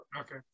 Okay